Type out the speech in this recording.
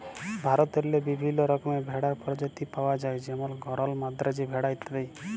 ভারতেল্লে বিভিল্ল্য রকমের ভেড়ার পরজাতি পাউয়া যায় যেমল গরল, মাদ্রাজি ভেড়া ইত্যাদি